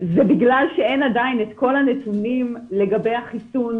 זה בגלל שאין עדיין כל הנתונים לגבי החיסון.